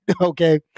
Okay